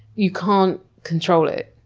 you can't control it.